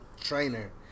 trainer